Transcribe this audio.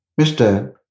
Mr